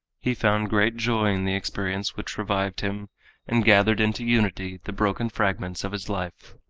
he found great joy in the experience which revived him and gathered into unity the broken fragments of his life.